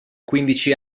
quindici